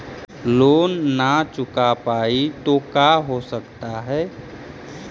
Loan न चुका पाई तो का हो सकता है?